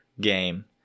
game